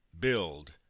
build